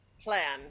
plan